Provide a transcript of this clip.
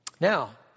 Now